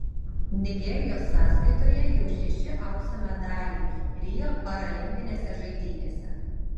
nigerijos sąskaitoje jau šeši aukso medaliai rio paralimpinėse žaidynėse